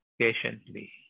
patiently